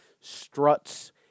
struts